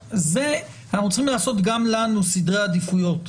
אנחנו צריכים לעשות גם לנו סדרי עדיפויות,